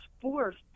forced